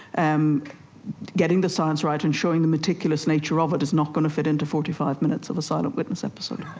um getting the science right and showing the meticulous nature of it is not going to fit into forty five minutes of a silent witness episode.